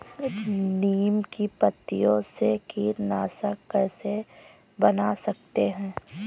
नीम की पत्तियों से कीटनाशक कैसे बना सकते हैं?